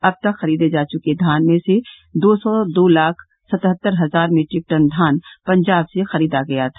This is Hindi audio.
अब तक खरीदे जा चुके धान में से दो सौ दो लाख सतहत्तर हजार मीट्रिक टन धान पंजाब से खरीदा गया था